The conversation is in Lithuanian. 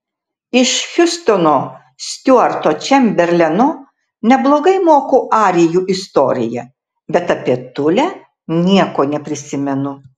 iš hiustono stiuarto čemberleno neblogai moku arijų istoriją bet apie tulę nieko neprisimenu